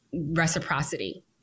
reciprocity